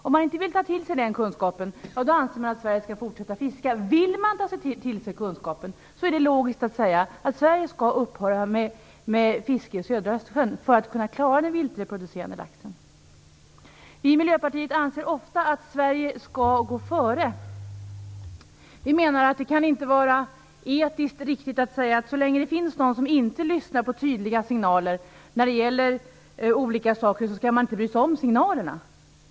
Om man inte vill ta till sig den kunskapen anser man att Sverige skall fortsätta att fiska. Vill man ta till sig kunskapen är det logiskt att säga att Sverige skall upphöra med fiske i södra Östersjön för att den viltreproducerande laxen skall klara sig. Vi i Miljöpartiet anser ofta att Sverige skall gå före. Vi menar att det inte kan vara etiskt riktigt att säga att så länge det finns någon som inte lyssnar på tydliga signaler skall man inte bry sig om signalerna.